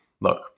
look